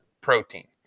protein